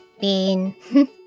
Bean